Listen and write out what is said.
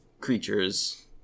creatures